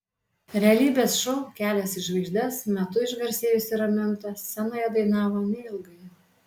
realybės šou kelias į žvaigždes metu išgarsėjusi raminta scenoje dainavo neilgai